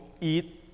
eat